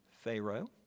Pharaoh